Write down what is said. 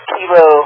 Kilo